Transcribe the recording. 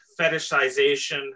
fetishization